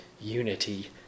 unity